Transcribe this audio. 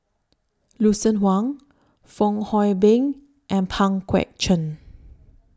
Lucien Wang Fong Hoe Beng and Pang Guek Cheng